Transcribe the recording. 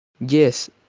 Yes